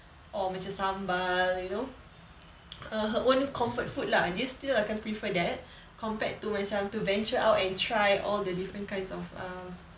or macam sambal you know err her own comfort food lah dia still akan prefer that compared to macam to venture out and try all the different kinds of err